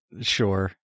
sure